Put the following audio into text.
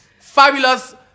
fabulous